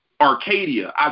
Arcadia